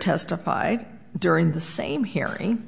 testified during the same hearing